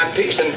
ah these